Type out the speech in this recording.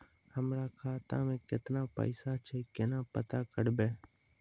हमरा खाता मे केतना पैसा छै, केना पता करबै?